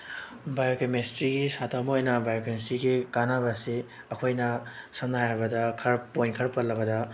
ꯕꯥꯏꯑꯣꯀꯦꯃꯤꯁꯇ꯭ꯔꯤꯒꯤ ꯁꯥꯇ꯭ꯔ ꯑꯃ ꯑꯣꯏꯅ ꯕꯥꯏꯑꯣꯀꯦꯃꯤꯁꯇ꯭ꯔꯤꯒꯤ ꯀꯥꯟꯅꯕ ꯑꯁꯤ ꯑꯩꯈꯣꯏꯅ ꯁꯝꯅ ꯍꯥꯏꯔꯕꯗ ꯈꯔ ꯄꯣꯏꯟ ꯈꯔ ꯄꯜꯂꯕꯗ